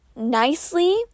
nicely